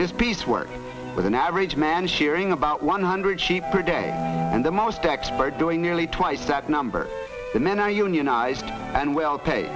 is piece work with an average man shearing about one hundred sheep or day and the most expert doing nearly twice that number the men are unionized and will pay